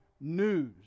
news